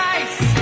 ice